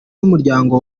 y’umuryango